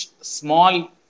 small